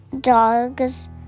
dogs